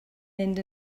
mynd